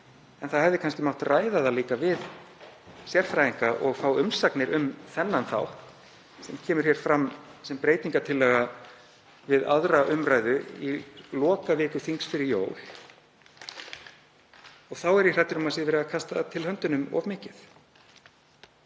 En það hefði kannski mátt ræða það líka við sérfræðinga og fá umsagnir um þennan þátt sem kemur hér fram sem breytingartillaga við 2. umr. í lokaviku þings fyrir jól. Og þá er ég hræddur um að verið sé að kasta til höndunum.